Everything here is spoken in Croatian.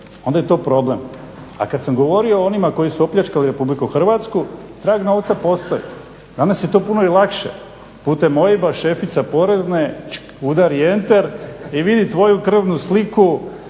onda je to problem. A kada sam govorio o onima koji su opljačkali RH trag novca postoji, danas je to puno lakše putem OIB-a šefica porezne udari enter i vidi tvoju krvnu sliku,